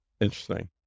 Interesting